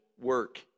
work